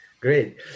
Great